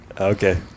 okay